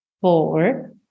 four